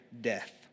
death